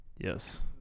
Yes